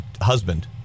husband